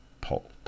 pulp